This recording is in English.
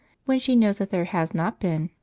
when she knows that there has not been,